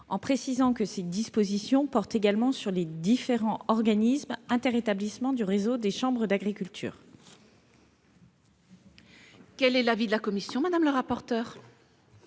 en précisant que ces dispositions portent également sur les différents organismes inter-établissements du réseau des chambres d'agriculture. Quel est l'avis de la commission spéciale ?